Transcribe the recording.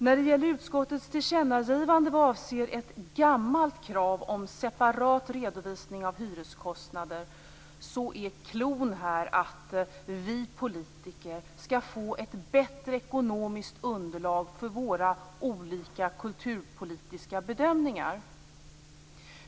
När det gäller utskottets tillkännagivande avseende ett gammalt krav på separat redovisning av hyreskostnader är cloun att vi politiker skall få ett bättre ekonomiskt underlag för våra olika kulturpolitiska bedömningar.